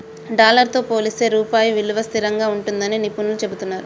dollar తో పోలిస్తే రూపాయి విలువ స్థిరంగా ఉంటుందని నిపుణులు చెబుతున్నరు